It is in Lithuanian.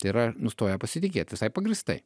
tai yra nustoja pasitikėt visai pagrįstai